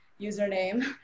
username